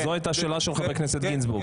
זו היתה שאלת חבר הכנסת גינזבורג.